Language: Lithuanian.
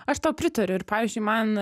aš tau pritariu ir pavyzdžiui man